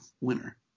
winner